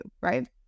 right